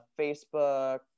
Facebook